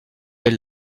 elle